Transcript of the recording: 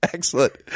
Excellent